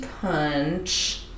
punch